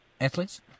athletes